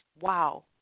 wow